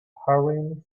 hurrying